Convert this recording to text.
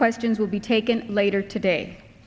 questions will be taken later today